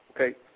Okay